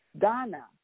Ghana